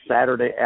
Saturday